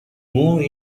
more